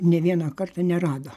nė vieną kartą nerado